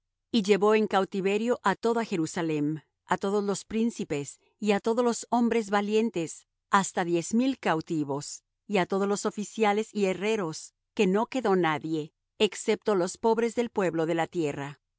y llevó en cautiverio á toda jerusalem á todos los príncipes y á todos los hombres valientes hasta diez mil cautivos y á todos los oficiales y herreros que no quedó nadie excepto los pobres del pueblo de la tierra